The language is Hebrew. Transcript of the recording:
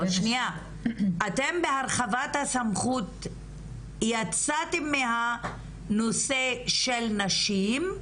אתם בהרחבת הסמכות יצאתם מהנושא של נשים,